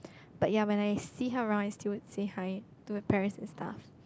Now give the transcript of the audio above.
but ya when I see her around I still say hi to her parents and stuff